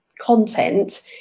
content